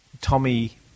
Tommy